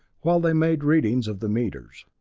while they made readings of the meters.